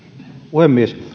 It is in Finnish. puhemies